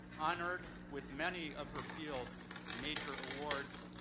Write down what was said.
honored with many of her field's major awards,